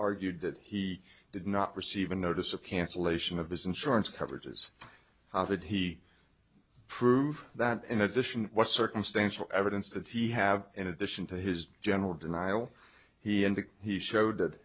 argued that he did not receive a notice of cancellation of his insurance coverage is how did he prove that in addition was circumstantial evidence that he have in addition to his general denial he and that he showed that